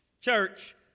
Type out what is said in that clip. Church